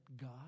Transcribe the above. God